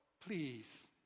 please